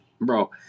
bro